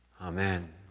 Amen